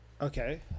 Okay